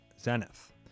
zenith